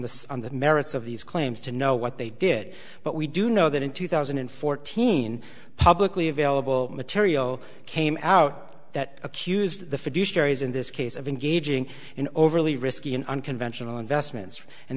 the on the merits of these claims to know what they did but we do know that in two thousand and fourteen publicly available material came out that accused the fiduciary as in this case of engaging in overly risky and unconventional investments and